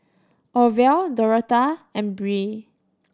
Orvel Dorotha and Brea